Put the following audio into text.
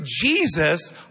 Jesus